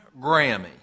Grammy